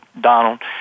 donald